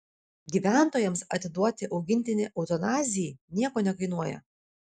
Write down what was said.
gyventojams atiduoti augintinį eutanazijai nieko nekainuoja